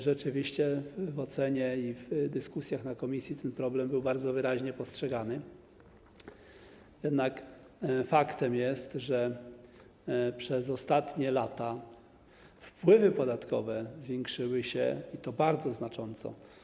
Rzeczywiście w ocenie i podczas dyskusji w ramach komisji ten problem był bardzo wyraźnie widoczny, jednak faktem jest, że przez ostatnie lata wpływy podatkowe zwiększyły się, i to bardzo znacząco.